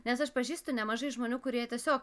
nes aš pažįstu nemažai žmonių kurie tiesiog